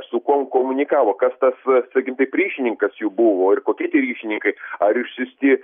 su kuom komunikavo kas tas sakykim taip ryšininkas jų buvo ir kokie tie ryšininkai ar išsiųsti